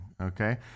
Okay